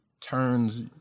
turns